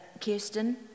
Kirsten